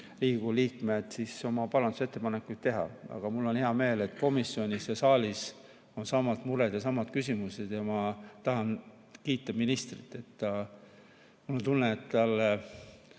liikmed oma parandusettepanekuid teha. Aga mul on hea meel, et komisjonis ja saalis on samad mured ja samad küsimused. Ma tahan kiita ministrit. Mul on tunne, et talle